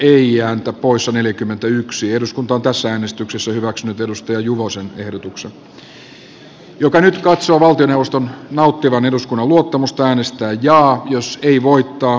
eduskunta katsoo että hallitus on epäonnistunut kansalaisten yhdenvertaisten sosiaali ja terveyspalveluiden turvaamisessa eikä ole kyennyt valmistelemaan sosiaali ja terveydenhuollon uudistusta kestävällä tavalla